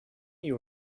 you